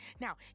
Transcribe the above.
now